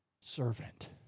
servant